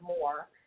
more